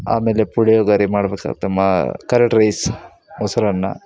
ಆಮೇಲೆ ಪುಳಿಯೋಗರೆ ಮಾಡ್ಬಕು curd rice ಮೊಸರನ್ನ